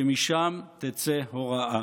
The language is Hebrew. שמשם תצא הוראה.